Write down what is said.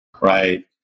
right